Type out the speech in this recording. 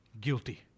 guilty